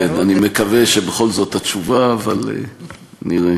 כן, אני מקווה שבכל זאת התשובה, אבל נראה.